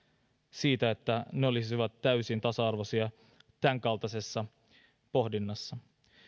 siitä että he olisivat täysin tasa arvoisia tämänkaltaisessa pohdinnassa